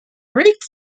greek